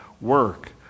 work